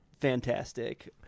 Fantastic